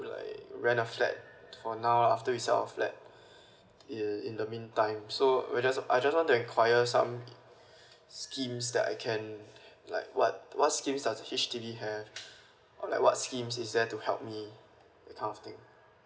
like rent a flat for now lah after we sell our flat in in the meantime so we just I just want to inquire some schemes that I can like what what scheme does the H_D_B have or like what scheme is there to help me out that kind of thing